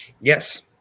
yes